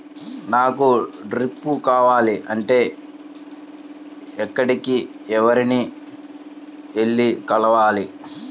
నాకు డ్రిప్లు కావాలి అంటే ఎక్కడికి, ఎవరిని వెళ్లి కలవాలి?